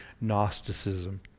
Gnosticism